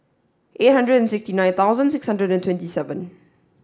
eight hundred and sixty nine thousand six hundred and twenty seven